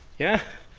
yeah,